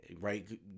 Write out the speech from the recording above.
right